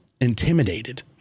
intimidated